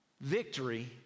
victory